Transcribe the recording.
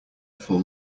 full